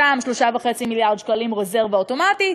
שם 3.5 מיליארד שקלים רזרבה אוטומטית,